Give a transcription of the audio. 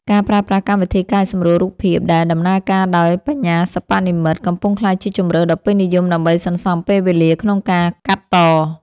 ការប្រើប្រាស់កម្មវិធីកែសម្រួលរូបភាពដែលដំណើរការដោយ បញ្ញាសិប្បនិម្មិត កំពុងក្លាយជាជម្រើសដ៏ពេញនិយមដើម្បីសន្សំពេលវេលាក្នុងការកាត់ត។